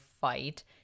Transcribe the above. fight